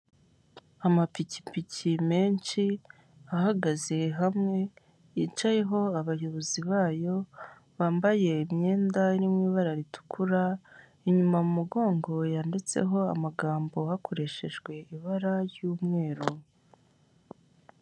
Amapikipiki menshi ahagaze hamwe yicayeho abayobozi bayo, bambaye imyenda iri mu ibara ritukura, inyuma mu mugongo yanditseho amagambo hakoreshejwe ibara ry'umweru.